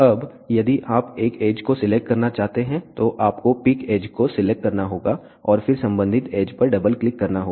अब यदि आप एक एज को सिलेक्ट करना चाहते हैं तो आपको पिक एज को सिलेक्ट करना होगा और फिर संबंधित एज पर डबल क्लिक करना होगा